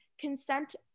Consent